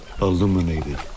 illuminated